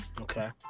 Okay